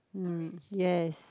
mm yes